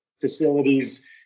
facilities